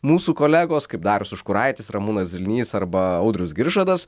mūsų kolegos kaip darius užkuraitis ramūnas zilnys arba audrius giržadas